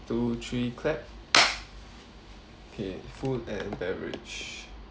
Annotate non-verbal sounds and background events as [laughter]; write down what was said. two three clap [noise] okay food and beverage